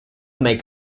make